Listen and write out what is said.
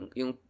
yung